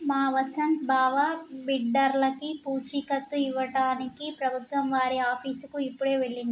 మా వసంత్ బావ బిడ్డర్లకి పూచీకత్తు ఇవ్వడానికి ప్రభుత్వం వారి ఆఫీసుకి ఇప్పుడే వెళ్ళిండు